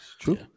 True